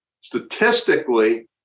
statistically